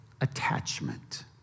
attachment